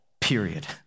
period